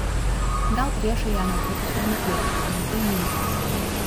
gal priešai ją netrukus ir nuplėš bet tai niekis